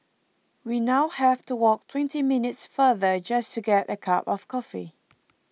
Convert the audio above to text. we now have to walk twenty minutes farther just to get a cup of coffee